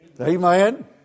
Amen